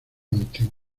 antiguo